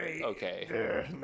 okay